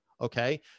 Okay